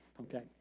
okay